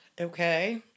Okay